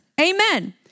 amen